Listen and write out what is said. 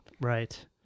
Right